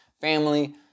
family